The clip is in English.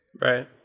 Right